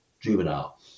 juvenile